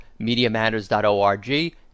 MediaMatters.org